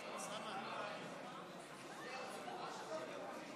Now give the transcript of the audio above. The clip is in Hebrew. התש"ף 2020,